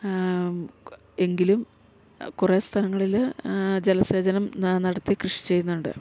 എങ്കിലും കുറേ സ്ഥലങ്ങളിൽ ജലസേചനം നടത്തി കൃഷി ചെയ്യുന്നുണ്ട്